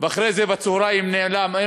אחרי זה בצהריים נעלם,